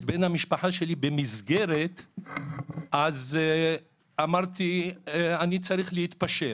בן המשפחה שלי במסגרת אמרתי שאני צריך להתפשר.